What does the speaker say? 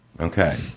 Okay